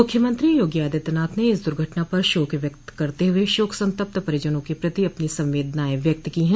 मूख्यमंत्री योगी आदित्यनाथ ने इस दुर्घटना पर शोक व्यक्त करते हुये शोक संतप्त परिजनों के प्रति अपनी संवेदनायें व्यक्त की है